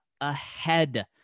ahead